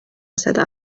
صدا